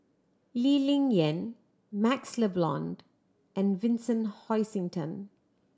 Lee Ling Yen MaxLe Blond and Vincent Hoisington